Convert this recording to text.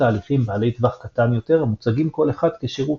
תהליכים בעלי טווח קטן יותר המוצגים כל אחד כשירות.